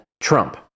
Trump